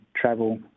travel